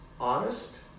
honest